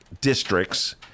districts